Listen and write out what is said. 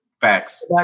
Facts